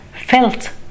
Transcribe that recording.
felt